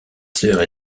sœurs